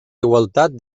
igualtat